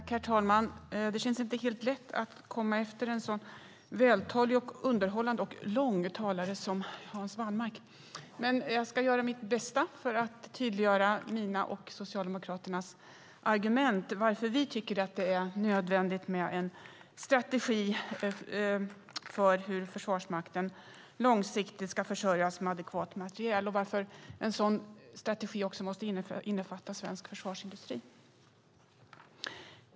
Herr talman! Det känns inte helt lätt att komma efter en så vältalig, underhållande och lång talare som Hans Wallmark. Men jag ska göra mitt bästa för att tydliggöra mina och Socialdemokraternas argument när det gäller att vi tycker att det är nödvändigt med en strategi för hur Försvarsmakten långsiktigt ska försörjas med adekvat materiel och varför en sådan strategi också måste innefatta svensk försvarsindustri.